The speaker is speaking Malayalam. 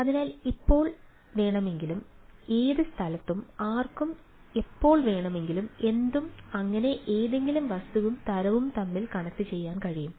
അതിനാൽ എപ്പോൾ വേണമെങ്കിലും ഏത് സ്ഥലത്തും ആർക്കും എപ്പോൾ വേണമെങ്കിലും എന്തും അങ്ങനെ ഏതെങ്കിലും വസ്തുക്കളും തരവും തമ്മിൽ കണക്ട് ചെയ്യാം